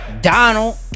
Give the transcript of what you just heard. Donald